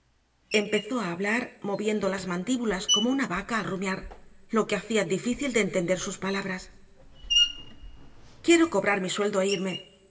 empezó a hablar moviendo las mandíbulas como una vaca al rumiar lo que hacía difícil de entender sus palabras quiero cobrar mi sueldo e irme